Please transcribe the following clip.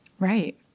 Right